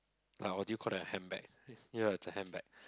ah what do you call that a handbag ya it's a handbag